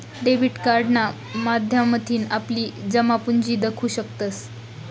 debit कार्डना माध्यमथीन आपली जमापुंजी दखु शकतंस